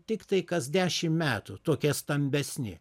tiktai kas dešim metų tokie stambesni